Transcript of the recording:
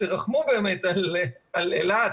תרחמו על אילצת,